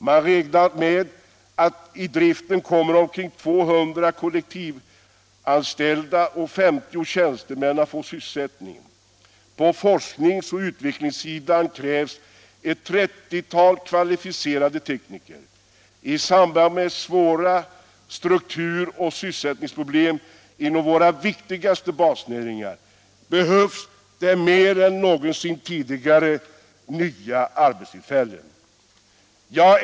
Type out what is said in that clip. Man räknar med att i driften kommer omkring 200 kollektivanställda och 50 tjänstemän att få sysselsättning. På forskningsoch utvecklingssidan krävs ett trettiotal kvalificerade tekniker. I samband med svåra strukturoch sysselsättningsproblem inom våra viktigaste basnäringar behövs det mer än någonsin nya arbetstillfällen.